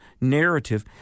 narrative